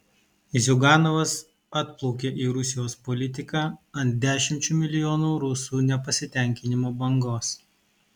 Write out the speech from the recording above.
ziuganovas atplaukė į rusijos politiką ant dešimčių milijonų rusų nepasitenkinimo bangos